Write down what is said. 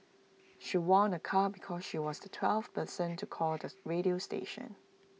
she won A car because she was the twelfth person to call the radio station